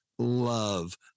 love